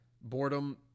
Boredom